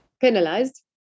penalized